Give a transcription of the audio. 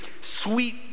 sweet